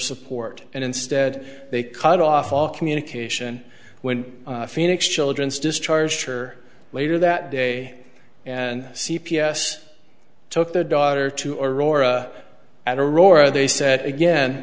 support and instead they cut off all communication when phoenix children's discharge her later that day and c p s took their daughter to aurora a